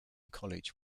college